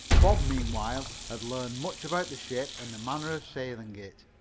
bob meanwhile had learned much about the ship and the manner of sailing it.